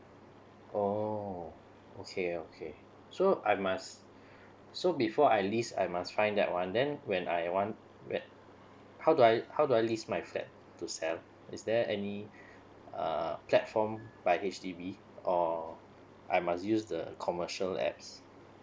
oh okay okay so I must so before I lease I must find that one then when I want wait how do I how do I lease my flat to sell is there any err platform by H_D_B or I must use the the commercial apps